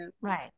Right